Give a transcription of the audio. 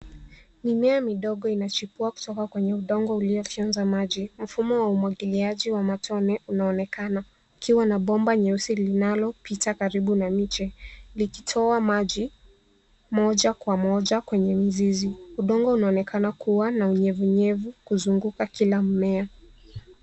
Mimea midogo inachipua kutoka kwenye udongo uliofyonza maji, mfumo wa umwagiliaji wa matone unaonekana, ikiwa na bomba nyeusi linalopita karibu na miche, likitoa maji moja kwa moja kwenye mizizi. Udongo unaonekana kuwa na unyevu unyevu kuzunguka kila mmea.